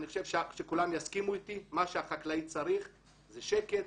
אני חושב שכולם יסכימו אתי שמה שהחקלאי צריך זה שקט,